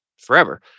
forever